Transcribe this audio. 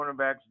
cornerbacks